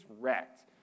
wrecked